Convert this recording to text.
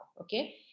okay